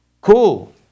Cool